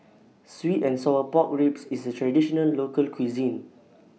Sweet and Sour Pork Ribs IS A Traditional Local Cuisine